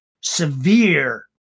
severe